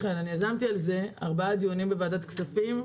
יזמתי ארבעה דיונים על הנושא הזה בוועדת הכספים,